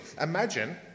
Imagine